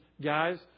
guys